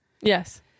Yes